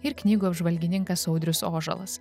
ir knygų apžvalgininkas audrius ožalas